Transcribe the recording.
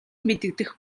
мэдэгдэх